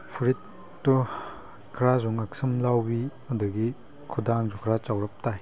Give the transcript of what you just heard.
ꯐꯨꯔꯤꯠꯇꯣ ꯈꯔꯁꯨ ꯉꯛꯁꯝ ꯂꯥꯎꯕꯤ ꯑꯗꯒꯤ ꯈꯨꯗꯥꯡꯁꯨ ꯈꯔ ꯆꯥꯎꯔꯞ ꯇꯥꯏ